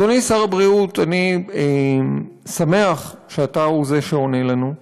אדוני שר הבריאות, אני שמח שאתה הוא שעונה לנו,